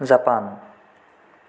Japan